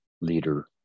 leader